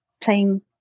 playing